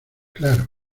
claro